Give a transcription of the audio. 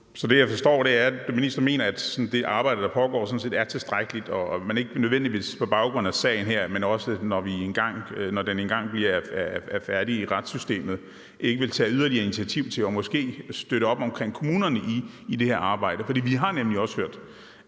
er, at ministeren mener, at det arbejde, der pågår, sådan set er tilstrækkeligt, og at man ikke nødvendigvis på baggrund af sagen her, men også når den engang er færdig i retssystemet, ikke vil tage yderligere initiativ og måske at støtte op omkring kommunerne i det her arbejde, for vi har nemlig også hørt